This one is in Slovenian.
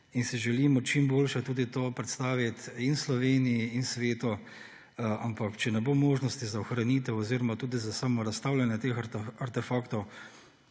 in si želimo čim boljše tudi to predstaviti Sloveniji in svetu. Ampak če ne bo možnosti za ohranitev oziroma tudi za samo razstavljanje teh artefaktov,